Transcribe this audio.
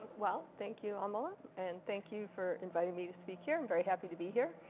well, thank you, amala. and thank you for inviting me to speak here. i'm very happy to be here.